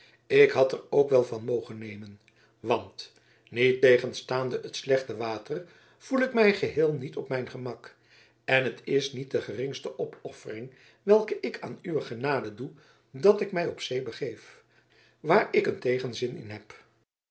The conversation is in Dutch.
ik had er ook wel van mogen nemen want niettegenstaande het slechte water voel ik mij geheel niet op mijn gemak en het is niet de geringste opoffering welke ik aan uwe genade doe dat ik mij op zee begeef waar ik een tegenzin in heb